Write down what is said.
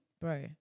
Bro